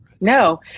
No